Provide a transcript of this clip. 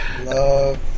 love